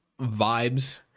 vibes